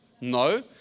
No